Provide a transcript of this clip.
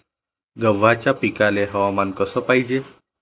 गव्हाच्या पिकाले हवामान कस पायजे?